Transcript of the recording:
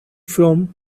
from